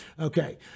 Okay